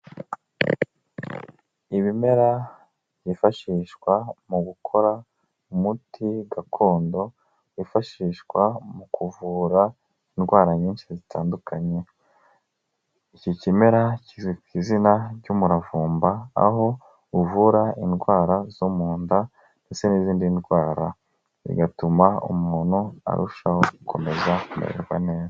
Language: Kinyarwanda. Ibimera byifashishwa mu gukora umuti gakondo wifashishwa mu kuvura indwara nyinshi zitandukanye. Iki kimera kizwi ku izina ry'umuravumba, aho uvura indwara zo mu nda ndetse n'izindi ndwara, bigatuma umuntu arushaho gukomeza kumererwa neza.